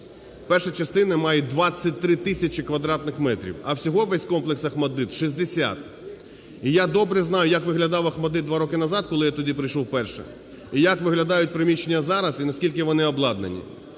перша частина має 23 тисячі квадратних метрів, а всього весь комплекс "ОХМАТДИТ" – 60. І я добре знаю, як виглядав "ОХМАТДИТ" два роки назад, коли я туди прийшов вперше, і як виглядають приміщення зараз. І наскільки вони обладнані,